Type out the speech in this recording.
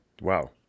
Wow